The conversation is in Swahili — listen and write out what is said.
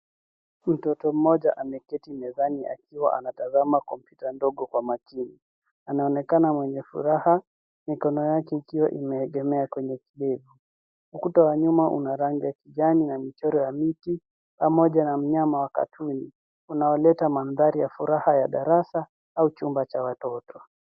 Mtoto mdogo ameketi mezani akiwa anatazama komputa ndogo kwa makini. Anaonekana mwenye furaha ,mikono yake ikiwa imeegemea kwenye kidevu. Ukuta wa nyuma una rangi ya kijani na michoro ya miti, pamoja na mnyama wa katuni, unaoleta mandhari ya furaha ya darasa au chumba cha watoto.